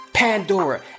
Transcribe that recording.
Pandora